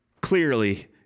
clearly